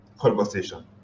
conversation